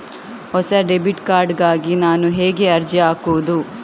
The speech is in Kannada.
ಹೊಸ ಡೆಬಿಟ್ ಕಾರ್ಡ್ ಗಾಗಿ ನಾನು ಹೇಗೆ ಅರ್ಜಿ ಹಾಕುದು?